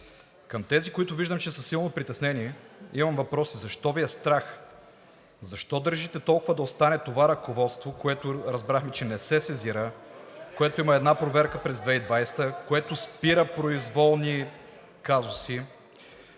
Към тези, които виждам, че са силно притеснени, имам въпроси: защо Ви е страх, защо държите толкова да остане това ръководство, което разбрахме, че не се сезира, че има една проверка през 2020 г., което спира произволни казуси?